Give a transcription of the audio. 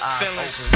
feelings